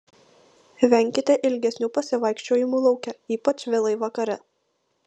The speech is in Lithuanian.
venkite ilgesnių pasivaikščiojimų lauke ypač vėlai vakare